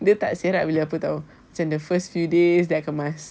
dia tak selerak bila apa [tau] macam the first few days that I kemas